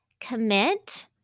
commit